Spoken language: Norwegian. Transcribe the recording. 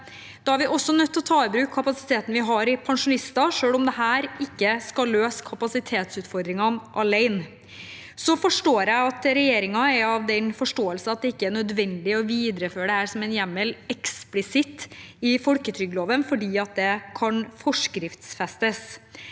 Da er vi også nødt til å ta i bruk kapasiteten vi har i pensjonister, selv om dette ikke skal løse kapasitetsutfordringene alene. Så forstår jeg at regjeringen er av den forståelse at det ikke er nødvendig å videreføre dette som en hjemmel eksplisitt i folketrygdloven, fordi det kan forskriftsfestes.